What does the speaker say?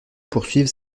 poursuivre